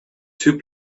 two